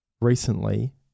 Recently